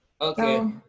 Okay